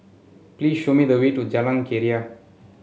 please show me the way to Jalan Keria